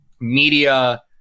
media